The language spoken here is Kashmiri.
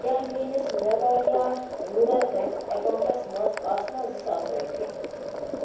کیٛاہ میٛٲنِس میگھالیا روٗرَل بینٛک ایکاونٛٹَس منٛز آسہٕ نا زٕ ساس رۄپیہِ